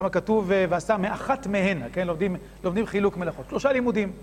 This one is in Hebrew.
ככתוב ועשה מאחת מהן, כן? לומדים חילוק מלאכות. שלושה לימודים.